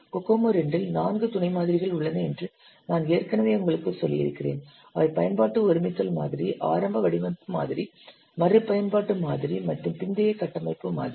COCOMO II இல் நான்கு துணை மாதிரிகள் உள்ளன என்று நான் ஏற்கனவே உங்களுக்குச் சொல்லியிருக்கிறேன் அவை பயன்பாட்டு ஒருமித்தல் மாதிரி ஆரம்ப வடிவமைப்பு மாதிரி மறுபயன்பாட்டு மாதிரி மற்றும் பிந்தைய கட்டமைப்பு மாதிரி